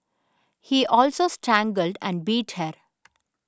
he also strangled and beat her